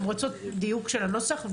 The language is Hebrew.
הן רוצות דיוק של הנוסח,